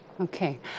Okay